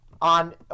on